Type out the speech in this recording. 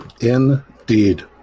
Indeed